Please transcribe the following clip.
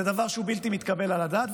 זה דבר שהוא בלתי מתקבל על הדעת,